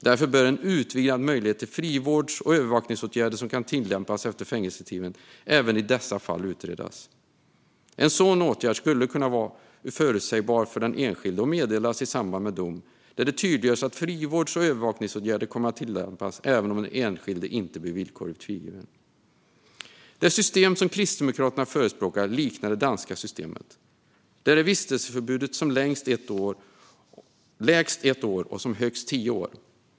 Därför bör en utvidgad möjlighet till frivårds och övervakningsåtgärder som kan tillämpas efter fängelsetiden utredas även i dessa fall. En sådan åtgärd ska vara förutsägbar för den enskilde och meddelas i samband med dom. Det ska tydliggöras att frivårds och övervakningsåtgärder kommer att tillämpas även om den enskilde inte blir villkorligt frigiven. Det system som Kristdemokraterna förespråkar liknar det danska systemet. Där är vistelseförbudet som lägst ett år och som högst tio år.